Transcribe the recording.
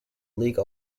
league